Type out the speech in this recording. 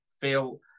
feel